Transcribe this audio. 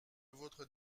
votre